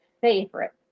favorite